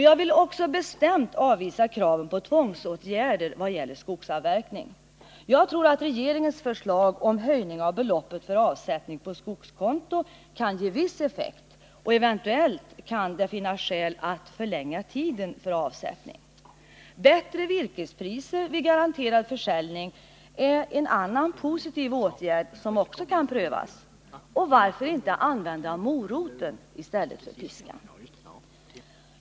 Jag vill också bestämt avvisa kraven på tvångsåtgärder vad gäller skogsavverkning. Jag tror att regering ens förslag om höjning av beloppet för avsättning på skogskonto kan ge viss effekt. Eventuellt kan det finnas skäl att förlänga tiden för avsättning. Bättre virkespriser vid garanterad försäljning är en annan positiv åtgärd som också kan prövas. Och varför inte använda moroten i stället för piskan?